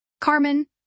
Carmen